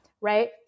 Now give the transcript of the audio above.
right